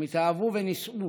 הם התאהבו ונישאו